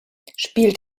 spielt